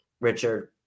Richard